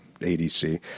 ADC